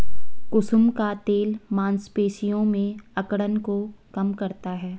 कुसुम का तेल मांसपेशियों में अकड़न को कम करता है